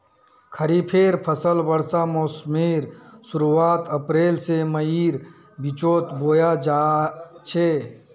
खरिफेर फसल वर्षा मोसमेर शुरुआत अप्रैल से मईर बिचोत बोया जाछे